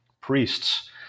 priests